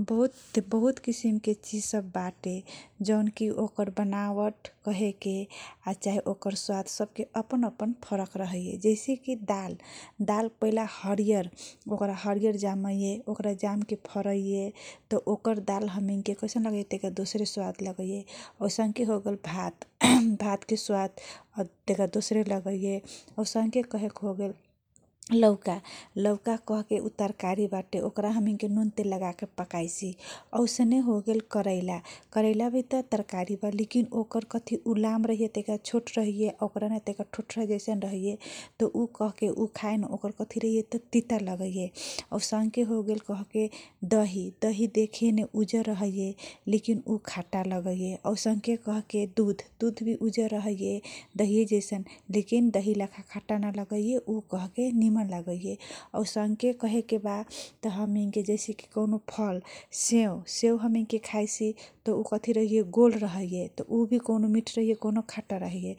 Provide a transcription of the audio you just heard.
बहुत किसिम सब बाटे जनकी ओकट बनावट कहेके चाहिँ ओकर स्वाद अपनअपन फरक रहगे जैसेकी दाल पहिला हरिहर जाम। ओकरा हरिहर फ र इ ए त ओकर दाल तैका कैसन लगाइए त ओकर स्वाद तैका दोषरे लगाइए औसने हो गेल भात भात के स्वाद लौका तरकारी बाटे हामी के नुन त नुन तेल लगाएकी पकाइसी औसने हो गेल कराइला करैला भित तरकारी बा लेकिन ओकर कथी रहे यता तैका छोट रहहिए ओक्रा मे तैका ठोठारा जैसन रहिए ऊ खाइमे तैका तिता लगाइए असंख्य हो गेल दही देखे मे उजर रहइए लेखि न ऊ खाटा लगाइए असंख्य कहेके दूध भी उजर रहिए लेकिन दहिय जैसान लेकिन दही जैसान खाटा नरहरिए कह के नियमन लागइए कहे के बा हामी के जैसे कौनु फल सेउ हामी के खाइसी त कथी रहहिए ऊ गोल रहिए मिठो लगाइए कौनु खट्टा लगाइए